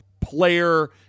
player